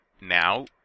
now